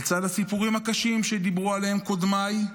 לצד הסיפורים הקשים שדיברו עליהם קודמיי,